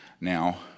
Now